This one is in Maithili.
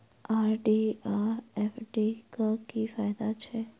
आर.डी आ एफ.डी क की फायदा छै?